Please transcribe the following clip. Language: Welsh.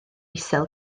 isel